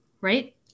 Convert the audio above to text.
right